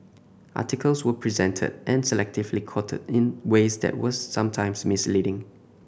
articles were presented and selectively quoted in ways that were sometimes misleading